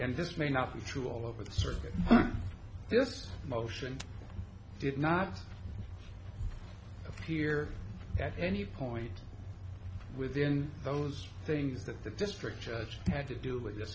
this may not be true all over the circuit this motion did not appear at any point within those things that the district judge had to do with